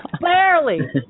Barely